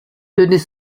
tenait